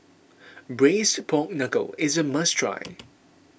Braised Pork Knuckle is a must try